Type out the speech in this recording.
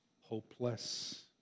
hopeless